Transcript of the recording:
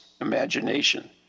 imagination